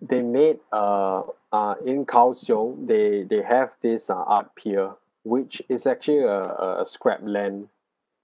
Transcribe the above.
they made a uh in kaohsiung they they have this ah art pier which is actually uh a a scrap land